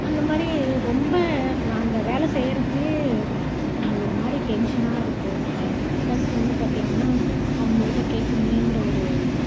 அந்த மாதிரி ரொம்ப அந்த வேலை செய்யறப்பையே ஒரு மாதிரி டென்ஷனாக இருக்கும் ப்ளஸ் வந்து பார்த்திங்கன்னா அவங்ககிட்ட கேட்கணுமேங்குற ஒரு